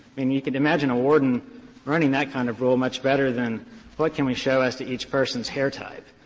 mean, you can imagine a warden running that kind of rule much better than what can we show as to each person's hair type.